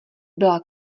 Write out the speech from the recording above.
byla